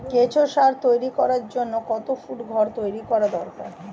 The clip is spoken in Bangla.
কেঁচো সার তৈরি করার জন্য কত ফুট ঘর তৈরি করা দরকার?